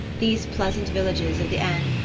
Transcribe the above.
these pleasant villages of the aisne,